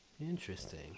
interesting